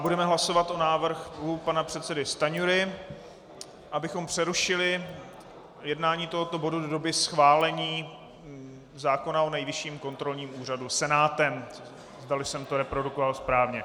Budeme hlasovat o návrhu pana předsedy Stanjury, abychom přerušili projednávání tohoto bodu do doby schválení zákona o Nejvyšším kontrolním úřadu Senátem, zdali jsem to reprodukoval správně.